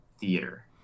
theater